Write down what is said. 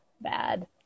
bad